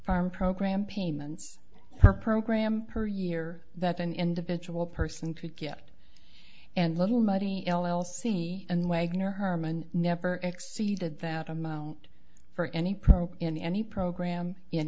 farm program payments per program per year that an individual person could get and little money l l c and wagner herman never exceeded that amount for any pro in any program in